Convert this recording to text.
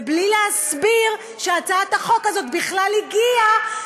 ובלי להסביר שהצעת החוק הזאת בכלל הגיעה,